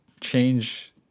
change